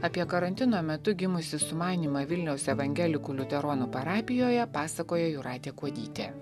apie karantino metu gimusį sumanymą vilniaus evangelikų liuteronų parapijoje pasakoja jūratė kuodytė